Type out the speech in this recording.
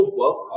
work